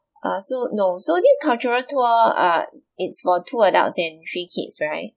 uh so no so this cultural tour err it's for two adults and three kids right